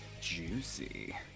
Juicy